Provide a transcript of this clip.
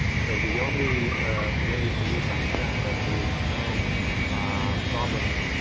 so, the only way for you to understand that there is no problems